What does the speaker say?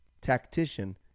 tactician